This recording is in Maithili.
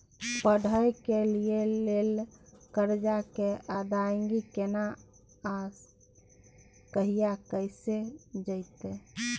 पढै के लिए लेल कर्जा के अदायगी केना आ कहिया कैल जेतै?